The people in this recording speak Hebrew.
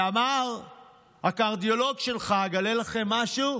אמר הקרדיולוג שלך: אגלה לכם משהו,